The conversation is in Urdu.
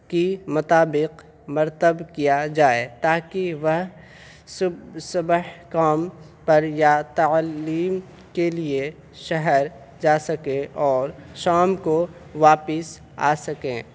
کی مطابق مرتب کیا جائے تاکہ وہ صبح کام پر یا تعلیم کے لیے شہر جا سکیں اور شام کو واپس آ سکیں